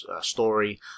story